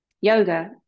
yoga